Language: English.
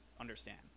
understand